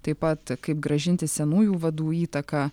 taip pat kaip grąžinti senųjų vadų įtaką